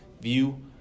view